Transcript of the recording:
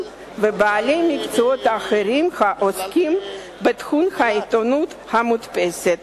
ובעלי מקצועות אחרים העוסקים בתחום העיתונות המודפסת.